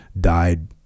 died